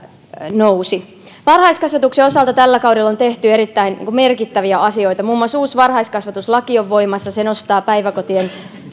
nousi varhaiskasvatuksen osalta tällä kaudella on tehty erittäin merkittäviä asioita muun muassa uusi varhaiskasvatuslaki on voimassa se nostaa päiväkotien